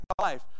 life